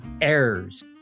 errors